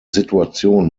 situation